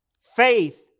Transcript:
Faith